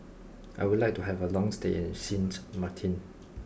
I would like to have a long stay in Sint Maarten